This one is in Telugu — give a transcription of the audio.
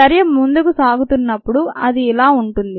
చర్య ముందుకు సాగుతున్నప్పుడు అది ఇలా ఉంటుంది